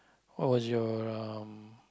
what was your um